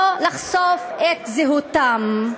לא לחשוף את זהותם.